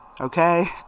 okay